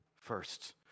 first